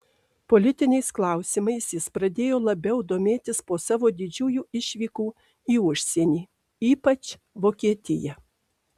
politiniais klausimais jis pradėjo labiau domėtis po savo didžiųjų išvykų į užsienį ypač vokietiją